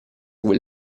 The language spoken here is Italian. quel